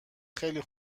خیلی